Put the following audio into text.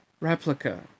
Replica